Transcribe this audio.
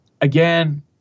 Again